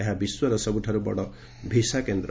ଏହା ବିଶ୍ୱର ସବୁଠାରୁ ବଡ ଭିସାକେନ୍ଦ୍ର